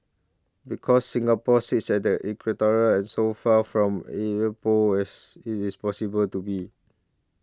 because Singapore sits at the equator as so far from either pole as it is possible to be